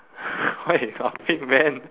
what you talking man